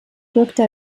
wirkte